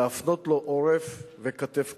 להפנות לו עורף וכתף קרה.